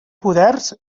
poders